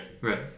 Right